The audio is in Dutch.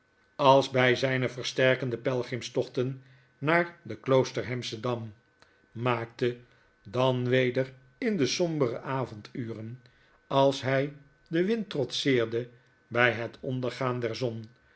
als hy zijne versterkende peigrimstochten naar den kloosterhamschen dam maakte dan weder in de sombere avouduren als hij den wind trotseerde bij het ondergaan der zon